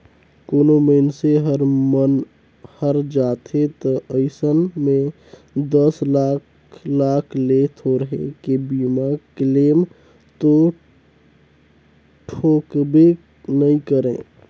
कोनो मइनसे हर मन हर जाथे त अइसन में दस लाख लाख ले थोरहें के बीमा क्लेम तो ठोकबे नई करे